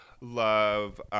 love